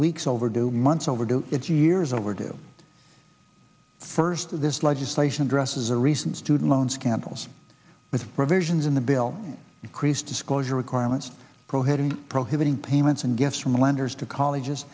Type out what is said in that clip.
weeks overdue months overdue it's years overdue first of this legislation addresses a recent student loan scandals with provisions in the bill increased disclosure requirements go ahead and prohibiting payments and gifts from lenders to colleges